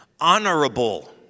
honorable